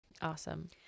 awesome